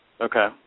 Okay